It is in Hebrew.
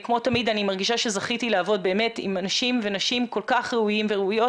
כמו תמיד אני מרגישה שזכיתי לעבוד עם אנשים ונשים כל כך ראויים וראויות.